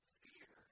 fear